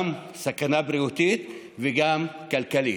סכנה בריאותית וגם כלכלית.